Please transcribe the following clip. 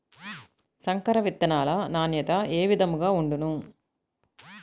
సంకర విత్తనాల నాణ్యత ఏ విధముగా ఉండును?